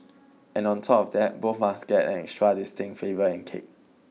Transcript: and on top of that both must get an extra distinct flavour and kick